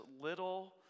little